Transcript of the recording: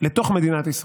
לתוך מדינת ישראל.